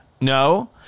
No